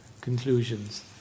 conclusions